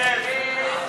לסעיף 2